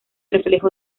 reflejo